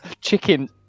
chicken